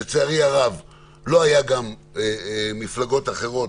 לצערי הרב לא היו מפלגות אחרות,